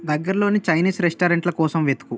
దగ్గరలోని చైనీస్ రెస్టారెంట్లు కోసం వెతుకు